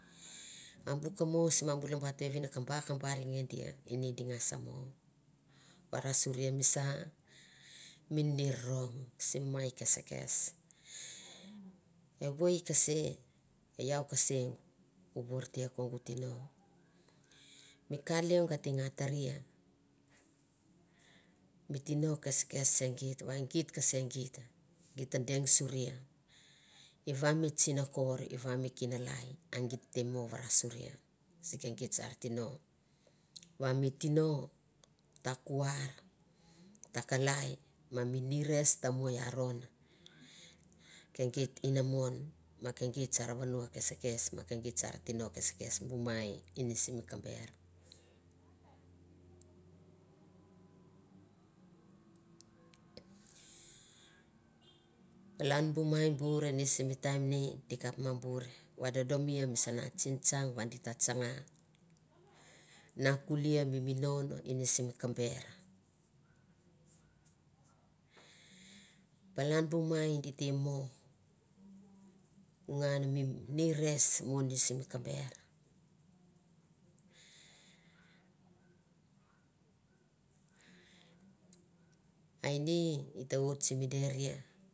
Ma bu komosi ma bu labati vevine kabakori nge dia ini di ngas mo vara surie misa mi ni nonong sim mai kesekes evoie kese iau kasengu u vortia kongu ino mi ka lengoa tenga tarie mi tino keskes segir va e gita kese gita deng suri i va mi tsinako iva ni kimalai a gire mo varasure sike git sar tino va mi tino ta kuar ta kalar ma nires ta mo aron ka git ina mon ma kegier sar vano kes kes ma kegier bu mai ini simi kaber bu mai bur ni simi taim ni di kap ba tsana na kulie mi minon ini simi ka ber palan bu mai di te mo ngan mik nires mo ni simi kaber a di di ta oti deria.